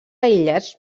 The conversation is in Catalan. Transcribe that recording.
aïllats